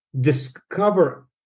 discover